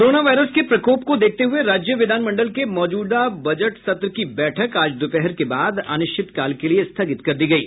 corona virus के प्रकोप को देखते हुए राज्य विधानमंडल के मौजूदा बजट सत्र की बैठक आज दोपहर के बाद अनिश्चितकाल के लिये स्थगित कर दी गयी